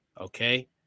Okay